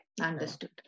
understood